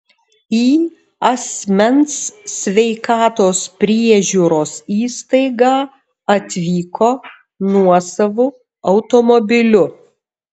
į asmens sveikatos priežiūros įstaigą atvyko nuosavu automobiliu